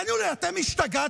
הגידו לי, אתם השתגעתם?